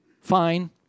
fine